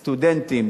סטודנטים,